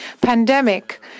pandemic